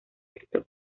esto